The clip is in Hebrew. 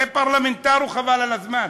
כפרלמנטר הוא חבל על הזמן.